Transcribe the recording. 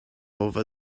over